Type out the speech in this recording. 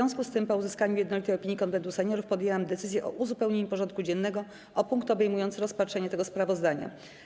W związku z tym, po uzyskaniu jednolitej opinii Konwentu Seniorów, podjęłam decyzję o uzupełnieniu porządku dziennego o punkt obejmujący rozpatrzenie tego sprawozdania.